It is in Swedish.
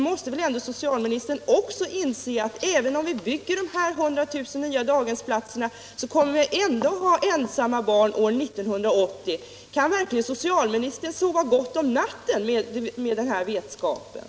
Också socialministern måste väl inse att även om vi bygger de 100 000 daghemsplatserna kommer vi att ha ensamma barn år 1980. Kan verkligen socialministern sova gott om natten med den vetskapen?